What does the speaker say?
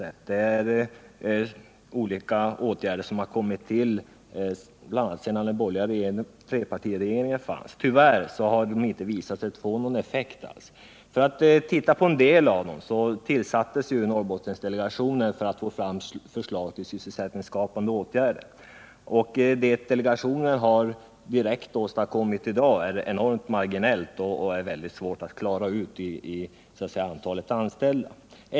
En del åtgärder har tillkommit efter den borgerliga trepartiregeringens fall, men det har tyvärr visat sig att dessa inte fått någon effekt alls. Låt mig peka på en del av dem. Norrbottendelegationen tillsattes för att få fram förslag till sysselsättningsskapande åtgärder. Vad delegationen i dag direkt har åstadkommit är synnerligen marginellt, och det är mycket svårt att räkna ut vad det inneburit i antal anställda.